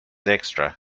extra